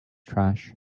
trash